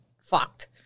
fucked